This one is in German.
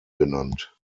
genannt